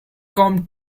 come